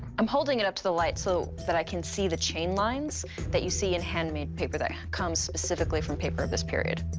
i'm holding it up to the light so that i can see the chain lines that you see in handmade paper that comes specifically from paper of this period.